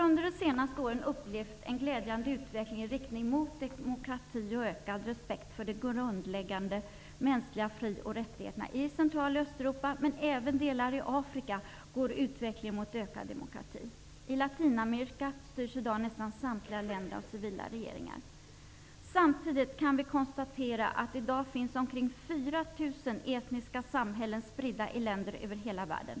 Under de senaste åren har vi upplevt en glädjande utveckling i riktning mot demokrati och ökad respekt för de grundläggande mänskliga fri och rättigheterna i Central och Östeuropa, men även i delar av Afrika går utvecklingen mot ökad demokrati. I Latinamerika styrs i dag nästan samtliga länder av civila regeringar. Samtidigt kan vi konstatera att det i dag finns omkring 4 000 etniska samhällen spridda i länder över hela världen.